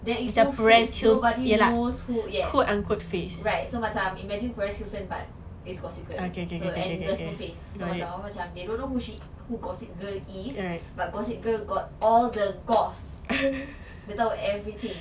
there is no face nobody knows who yes right so macam imagine paris hilton but it's gossip girl so and there's no face so macam they don't know who she who gossip girl is but gossip girl got all the gos~ little everything